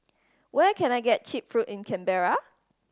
where can I get cheap food in Canberra